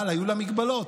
אבל היו לה מגבלות,